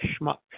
schmuck